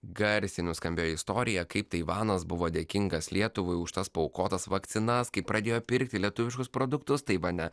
garsiai nuskambėjo istorija kaip taivanas buvo dėkingas lietuvai už tas paaukotas vakcinas kaip pradėjo pirkti lietuviškus produktus taivane